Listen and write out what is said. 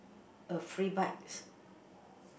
a free bikes